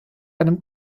einem